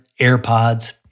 AirPods